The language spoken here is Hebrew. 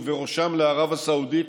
ובראשן ערב הסעודית,